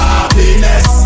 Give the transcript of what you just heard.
Happiness